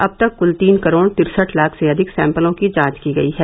अब तक कूल तीन करोड़ तिरसठ लाख से अधिक सैम्पलों की जांच की गई है